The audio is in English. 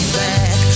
back